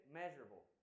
measurable